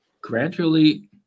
gradually